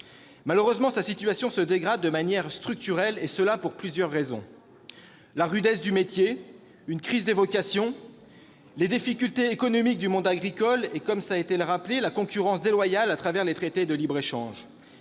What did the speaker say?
Malheureusement, sa situation se dégrade de manière structurelle, et cela pour plusieurs raisons : la rudesse du métier, une crise des vocations, les difficultés économiques du monde agricole et, comme cela a été rappelé, la concurrence déloyale à travers les traités de libre-échange,